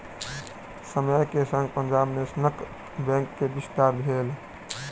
समय के संग पंजाब नेशनल बैंकक विस्तार भेल